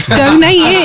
donate